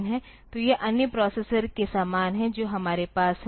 तो यह अन्य प्रोसेसर के समान है जो हमारे पास है